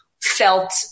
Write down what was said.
felt